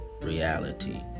reality